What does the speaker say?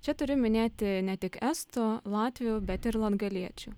čia turiu minėti ne tik estų latvių bet ir latgaliečių